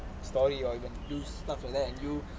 story or you do stuff like that and you